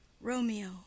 Romeo